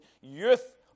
youth